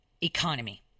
economy